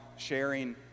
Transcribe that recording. sharing